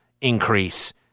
increase